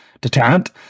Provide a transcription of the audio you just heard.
deterrent